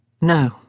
No